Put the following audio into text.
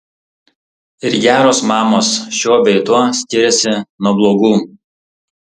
ir geros mamos šiuo bei tuo skiriasi nuo blogų